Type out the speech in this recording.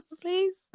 please